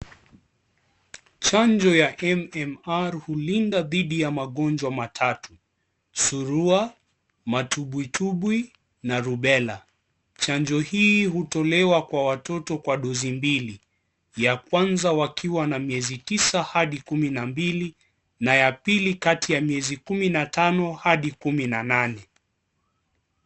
Chanjo ya MMR hulinda dhidi ya magonjwa matatu, surua ,matubwitubwi na rubella . Chanjo hii hutolewa Kwa watoto kwa dosi mbili ,ya kwanza wakiwa na miezi tisa hadi kumi na mbili na ya pili Kati ya miezi kumi na tano hadi kumi na nane.